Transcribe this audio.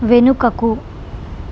వెనుకకు